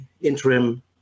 interim